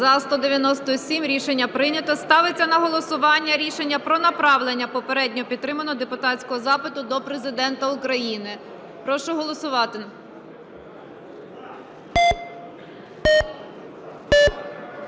За-197 Рішення прийнято. Ставиться на голосування рішення про направлення попередньо підтриманого депутатського запиту до Президента України. Прошу голосувати.